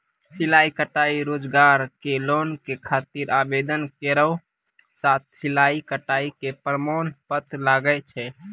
सिलाई कढ़ाई रोजगार के लोन के खातिर आवेदन केरो साथ सिलाई कढ़ाई के प्रमाण पत्र लागै छै?